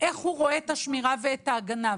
איך הוא רואה את השמירה ואת ההגנה.